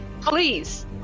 please